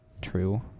true